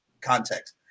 context